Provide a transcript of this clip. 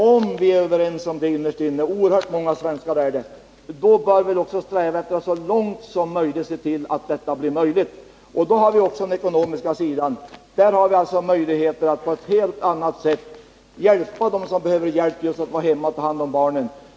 Om vi innerst inne är överens — oerhört många svenskar är det — bör vi också sträva efter att så långt som möjligt se till att detta blir möjligt. Vi har också den ekonomiska sidan, där vi alltså härvidlag på ett helt annat sätt kan hjälpa dem som behöver vara hemma och ta hand om barnen.